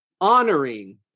honoring